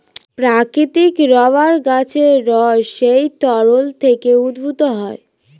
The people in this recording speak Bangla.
প্রাকৃতিক রাবার গাছের রস সেই তরল থেকে উদ্ভূত হয়